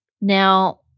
Now